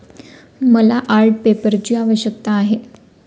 मला आर्ट पेपरची आवश्यकता आहे